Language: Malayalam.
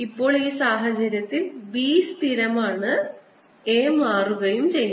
ഇപ്പോൾ ഈ സാഹചര്യത്തിൽ b സ്ഥിരമാണ് a മാറുകയും ആണ്